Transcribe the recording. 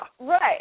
Right